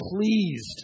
pleased